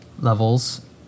levels